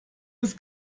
ist